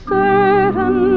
certain